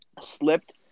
slipped